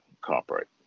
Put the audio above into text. corporate